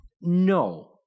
No